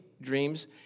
dreams